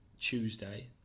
Tuesday